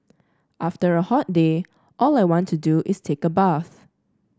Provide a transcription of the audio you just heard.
after a hot day all I want to do is take a bath